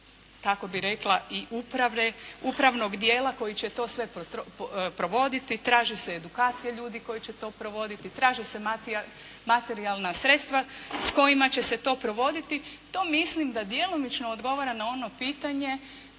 kako bih rekla i uprave, upravnog dijela koji će to sve provoditi, traži se edukacija ljudi koji će to provoditi, traže se materijalna sredstva s kojima će se to provoditi, to mislim da djelomično odgovara na ono pitanje